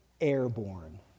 airborne